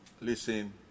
Listen